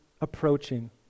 approaching